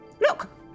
Look